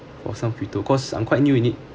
for some cryto because I'm quite new in it